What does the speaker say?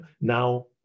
Now